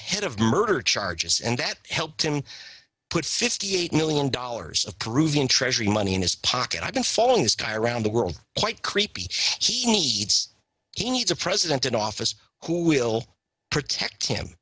ahead of murder charges and that helped him put fifty eight million dollars of proven treasury money in his pocket i've been following this guy around the world quite creepy he it's he needs a president in office who will protect him